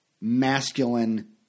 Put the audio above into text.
masculine